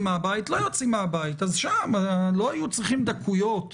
מה שהראה שאנחנו בעצם בתחלואה